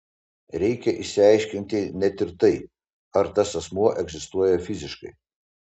reikia išsiaiškinti net ir tai ar tas asmuo egzistuoja fiziškai